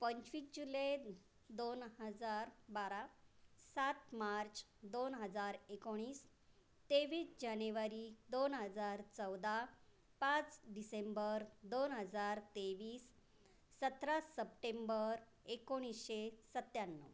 पंचवीस जुले दोन हजार बारा सात मार्च दोन हजार एकोणीस तेवीस जानेवारी दोन हजार चौदा पाच डिसेंबर दोन हजार तेवीस सतरा सप्टेंबर एकोणीसशे सत्त्याण्णव